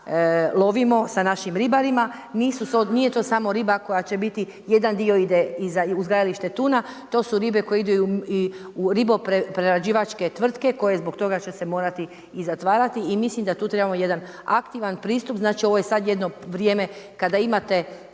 lovimo sa našim ribarima. Nije to samo riba koja će biti jedan dio ide i za uzgajalište tuna. To su ribe koje idu i u riboprerađivačke tvrtke koje zbog toga će se morati i zatvarati. I mislim da tu trebamo jedan aktivan pristup. Znači ovo je sad jedno vrijeme kada imate